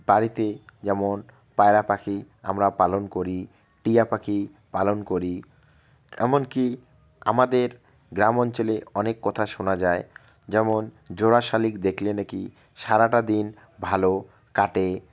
বাড়িতে যেমন পায়রা পাখি আমরা পালন করি টিয়া পাখি পালন করি এমনকি আমাদের গ্রাম অঞ্চলে অনেক কথা শোনা যায় যেমন জোড়া শালিক দেখলে নাকি সারাটা দিন ভালো কাটে